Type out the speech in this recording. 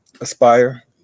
aspire